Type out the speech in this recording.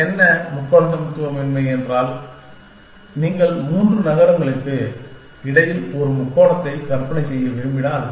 ஆனால் என்ன முக்கோண சமத்துவமின்மை என்னவென்றால் நீங்கள் மூன்று நகரங்களுக்கு இடையில் ஒரு முக்கோணத்தை கற்பனை செய்ய விரும்பினால்